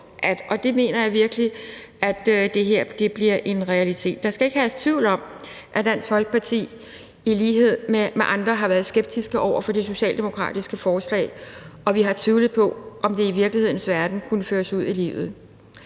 og det mener jeg virkelig, at det her bliver en realitet. Der skal ikke herske tvivl om, at Dansk Folkeparti i lighed med andre har været skeptiske over for det socialdemokratiske forslag, og at vi har tvivlet på, om det kunne føres ud i livet